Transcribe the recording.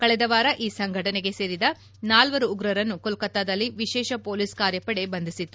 ಕಳೆದ ವಾರ ಈ ಸಂಘಟನೆಗೆ ಸೇರಿದ ನಾಲ್ವರು ಉಗ್ರರನ್ನು ಕೊಲ್ಲತ್ತಾದಲ್ಲಿ ವಿಶೇಷ ಪೊಲೀಸ್ ಕಾರ್ಯಪಡೆ ಬಂಧಿಸಿತ್ತು